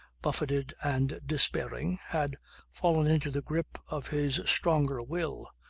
buffeted and despairing, had fallen into the grip of his stronger will,